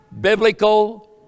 biblical